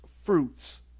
fruits